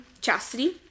chastity